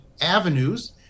avenues –